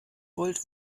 wollt